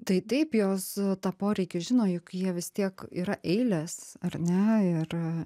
tai taip jos tą poreikį žino juk jie vis tiek yra eilės ar ne ir